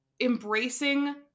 embracing